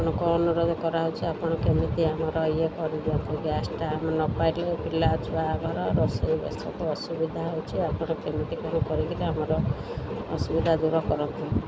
ଆପଣଙ୍କ ଅନୁରୋଧ କରାହଉଛି ଆପଣ କେମିତି ଆମର ଇଏ କରିଦିଅନ୍ତୁ ଗ୍ୟାସ୍ଟା ଆମେ ନ ପାଇଲେ ପିଲାଛୁଆ ଘର ରୋଷେଇବାସକୁ ଅସୁବିଧା ହେଉଛି ଆପଣ କେମିତି କ'ଣ କରିକିରି ଆମର ଅସୁବିଧା ଦୂର କରନ୍ତୁ